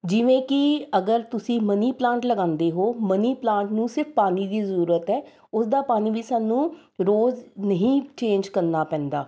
ਜਿਵੇਂ ਕਿ ਅਗਰ ਤੁਸੀਂ ਮਨੀ ਪਲਾਂਟ ਲਗਾਉਂਦੇ ਹੋ ਮਨੀ ਪਲਾਂਟ ਨੂੰ ਸਿਰਫ ਪਾਣੀ ਦੀ ਜ਼ਰੂਰਤ ਹੈ ਉਸ ਦਾ ਪਾਣੀ ਵੀ ਸਾਨੂੰ ਰੋਜ਼ ਨਹੀਂ ਚੇਂਜ ਕਰਨਾ ਪੈਂਦਾ